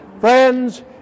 Friends